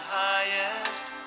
highest